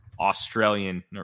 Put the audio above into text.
Australian